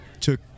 took